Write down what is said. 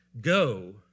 Go